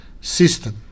system